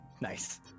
nice